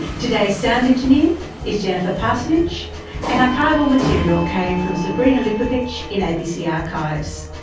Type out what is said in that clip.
today's sound engineer is jennifer parsonage and archival material came from sabrina lipovic in abc archives.